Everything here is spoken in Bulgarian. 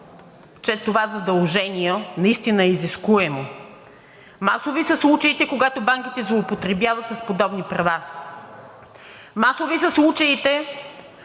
че това задължение наистина е изискуемо. Масово са случаите, когато банките злоупотребят с подобни права. Масово са случаите,